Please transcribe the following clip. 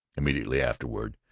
immediately afterward,